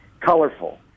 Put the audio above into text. colorful